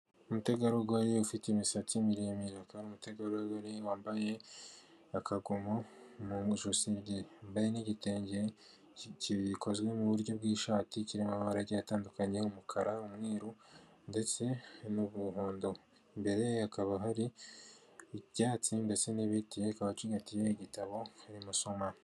Umutegarugori ufite imisatsi miremire akaba ari umutegarugori wambaye akakomo mu ijosi, wambaye n'igitenge gikozwe mu buryo bw'ishati, kirimo amarage atandukanye, umukara, umweru ndetse n'umuhondo, imbere ye hakaba hari icyatsi mbese n'ibiti ikaba acigatiye igitabo agiye gusoma.